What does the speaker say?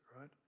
right